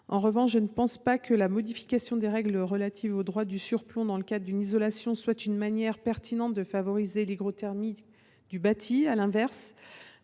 En revanche, je ne pense pas que la modification des règles relatives au droit de surplomb dans le cadre d’une isolation soit une manière pertinente de favoriser l’hygrothermie du bâti. À l’inverse,